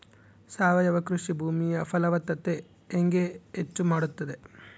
ಸಾವಯವ ಕೃಷಿ ಭೂಮಿಯ ಫಲವತ್ತತೆ ಹೆಂಗೆ ಹೆಚ್ಚು ಮಾಡುತ್ತದೆ?